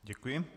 Děkuji.